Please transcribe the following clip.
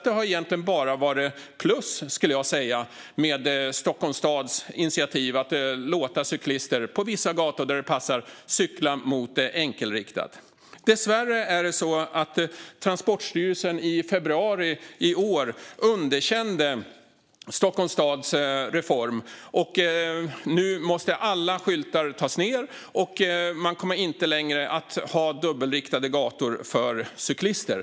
Det har egentligen bara varit plus, skulle jag säga, med Stockholms stads initiativ att låta cyklister cykla mot enkelriktat på vissa gator där det passar. Dessvärre underkände Transportstyrelsen i februari i år Stockholms stads reform. Nu måste alla skyltar tas ned, och man kommer inte längre att ha dubbelriktade gator för cyklister.